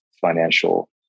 financial